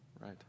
right